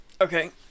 Okay